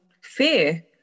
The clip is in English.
fear